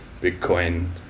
Bitcoin